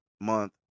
month